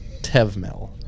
Tevmel